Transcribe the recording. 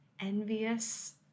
envious